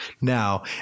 Now